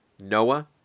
Noah